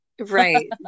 right